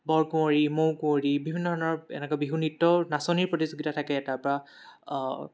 বৰকুৱঁৰী মৌকুৱঁৰী বিভিন্ন ধৰণৰ এনেকৈ বিহু নৃত্যৰ নাচনীৰ প্ৰতিযোগিতা থাকে তাৰপৰা